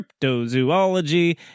cryptozoology